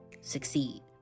succeed